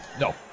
No